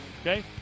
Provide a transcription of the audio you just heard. Okay